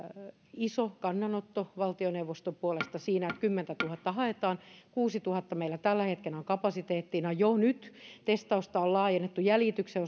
iso kannanotto valtioneuvoston puolesta siinä että kymmentätuhatta haetaan kuudellatuhannella meillä on jo nyt tällä hetkellä kapasiteettina testausta on laajennettu jäljityksen